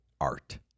art